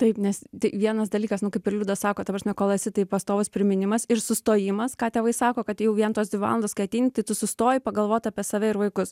taip nes vienas dalykas nu kaip ir liudas sako ta prasme kol esi tai pastovus priminimas ir sustojimas ką tėvai sako kad jau vien tos dvi valandos kai ateini tai tu sustoji pagalvot apie save ir vaikus